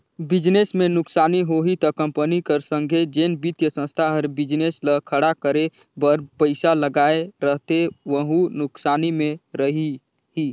business में नुकसानी होही ता कंपनी कर संघे जेन बित्तीय संस्था हर बिजनेस ल खड़ा करे बर पइसा लगाए रहथे वहूं नुकसानी में रइही